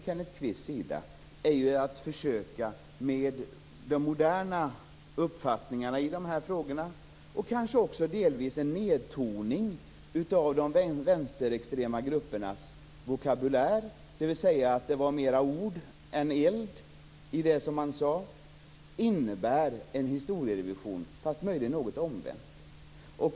Kenneth Kvist försöker med moderna uppfattningar i frågorna, och kanske delvis en nedtoning av de vänsterextrema gruppernas vokabulär, dvs. mer ord än eld i det som sades, göra en något omvänd historierevision.